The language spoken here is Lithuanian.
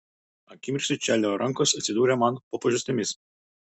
akimirksniu čarlio rankos atsidūrė man po pažastimis